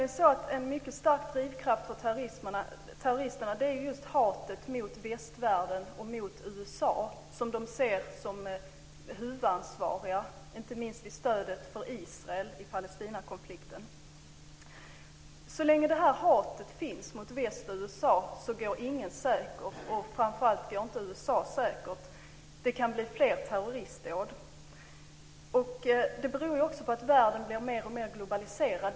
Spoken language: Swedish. En mycket starkt drivkraft för terroristerna är nämligen just hatet mot västvärlden och mot USA, som de ser som huvudansvariga när det gäller stödet för Israel i Palestinakonflikten. Så länge detta hat finns mot väst och USA går ingen säker. Framför allt går inte USA säkert. Det kan bli fler terroristdåd. Det beror också på att världen blir mer och mer globaliserad.